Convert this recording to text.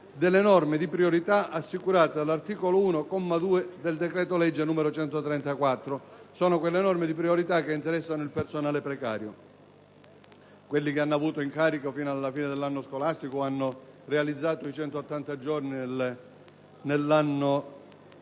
delle norme di priorità assicurate dall'articolo 1, comma 2, del decreto-legge n. 134». Si tratta di quelle norme di priorità che interessano il personale precario, che ha avuto incarico fino alla fine dell'anno scolastico e ha realizzato i 180 giorni nell'anno 2008-2009.